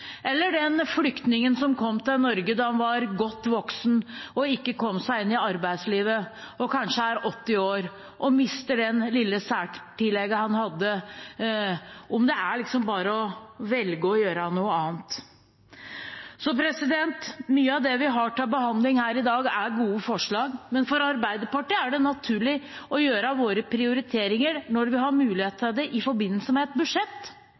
den flyktningen som kom til Norge da han var godt voksen og ikke kom seg inn i arbeidslivet, som kanskje er 80 år, og som mister det lille særtillegget han hadde, om det er bare å velge å gjøre noe annet. Mye av det vi har til behandling her i dag, er gode forslag, men for oss i Arbeiderpartiet er det naturlig å gjøre våre prioriteringer når vi har mulighet til det i forbindelse med et budsjett